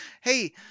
hey